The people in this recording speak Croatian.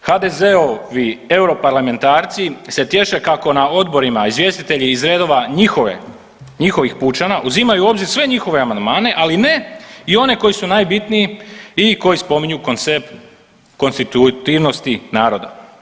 HDZ-ovi europarlamentarci se tješe kako na odborima izvjestitelji iz redova njihovih pučana uzimaju u obzir sve njihove amandmane, ali ne i one koji su najbitniji i koji spominju koncept konstitutivnosti naroda.